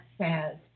says